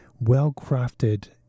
well-crafted